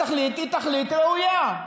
התכלית היא תכלית ראויה.